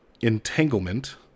entanglement